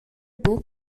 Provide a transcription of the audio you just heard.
buca